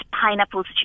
pineapples